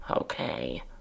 Okay